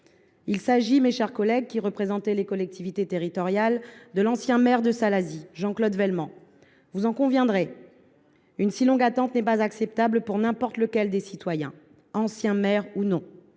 Il s’agit, mes chers collègues, vous qui représentez les collectivités territoriales, de l’ancien maire de Salazie, Jean Claude Welmant. Vous en conviendrez, une si longue attente est inacceptable pour tout citoyen, ancien maire ou non.